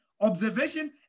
Observation